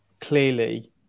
clearly